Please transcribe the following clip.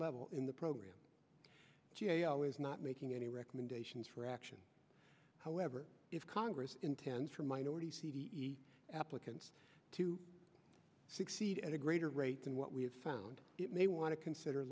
level in the program g a o is not making any recommendations for action however if congress intends for minority c d e applicants to succeed at a greater rate than what we have found it may want to consider